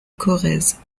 corrèze